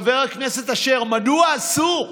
חבר הכנסת אשר, מדוע אסור?